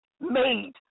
made